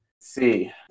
see